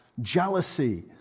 jealousy